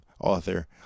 author